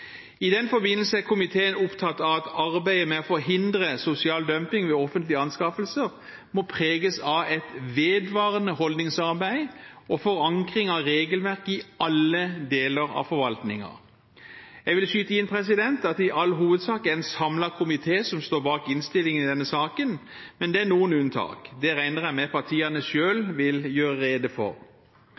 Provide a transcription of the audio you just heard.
I den forbindelse er komiteen opptatt av at arbeidet med å forhindre sosial dumping ved offentlige anskaffelser må preges av et vedvarende holdningsarbeid og av forankring av regelverket i alle deler av forvaltningen. Jeg vil skyte inn at det i all hovedsak er en samlet komité som står bak innstillingen i denne saken, men det er noen unntak. Det regner jeg med partiene selv vil gjøre rede for. Som saksordfører vil jeg primært gjøre rede for